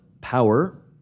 power